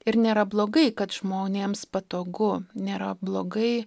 ir nėra blogai kad žmonėms patogu nėra blogai